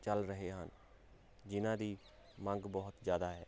ਚੱਲ ਰਹੇ ਹਨ ਜਿਨ੍ਹਾਂ ਦੀ ਮੰਗ ਬਹੁਤ ਜ਼ਿਆਦਾ ਹੈ